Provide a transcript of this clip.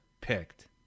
picked